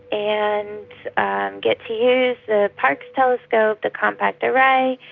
and and get to use the parkes telescope, the compact array,